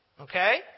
Okay